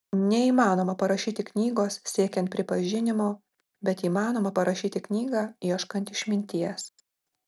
neįmanoma parašyti knygos siekiant pripažinimo bet įmanoma parašyti knygą ieškant išminties